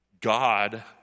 God